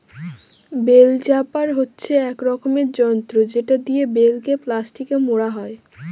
bell wrapper হচ্ছে এক রকমের যন্ত্র যেটা দিয়ে বেল কে প্লাস্টিকে মোড়া হয়